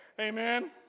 Amen